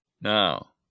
Now